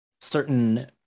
certain